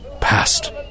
past